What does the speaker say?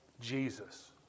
Jesus